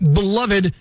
beloved